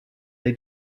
they